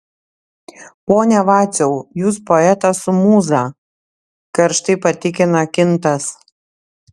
pone vaciau jūs poetas su mūza karštai patikina kintas